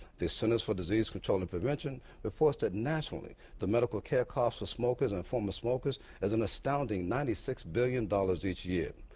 the centers for disease control and prevention reports that, nationally, the medical care costs for smokers and former smokers is an astounding ninety six billion dollars each year.